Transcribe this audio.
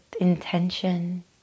intention